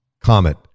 comet